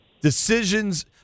decisions –